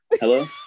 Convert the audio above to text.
hello